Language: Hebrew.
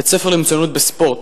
בית-ספר למצוינות בספורט.